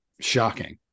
shocking